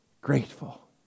grateful